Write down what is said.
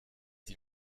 die